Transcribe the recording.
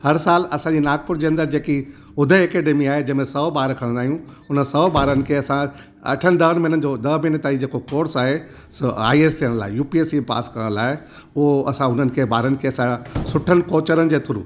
हर साल असांजी नागपूर जे अंदरि जेकी उदय एकेडैमी जंहिंमें सौ ॿार खणंदा आहिंयूं हुन सौ ॿारनि खे असां अठनि ॾह महिननि जो ॾह महीने ताईंं जेको कोर्स आहे स आईएएस थियण लाइ यूपीएससी पास करणु लाइ उहो असां हुननि खे ॿारनि खे असांजा सुठल कोचरनि जे थ्रू